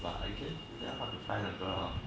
but I guess very hard to find a girl hor